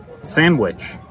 sandwich